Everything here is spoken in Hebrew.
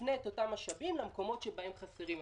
נפנה את אותם משאבים למקומות שבהם חסרים המשאבים.